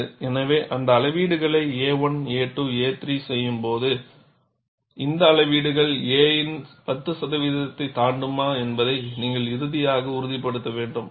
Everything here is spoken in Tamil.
எனவே நீங்கள் அளவீடுகளை a1 a2 a3 செய்யும்போது இந்த அளவீடுகள் a இன் 10 சதவீதத்தை தாண்டுமா என்பதை நீங்கள் இறுதியாக உறுதிப்படுத்த வேண்டும்